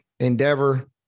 Endeavor